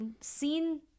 seen